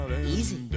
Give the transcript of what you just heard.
easy